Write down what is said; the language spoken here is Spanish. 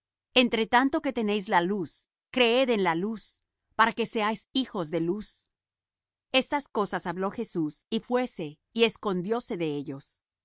entre tanto que tenéis la luz creed en la luz para que seáis hijos de luz estas cosas habló jesús y fuése y escondióse de ellos